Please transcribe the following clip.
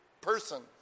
person